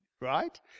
right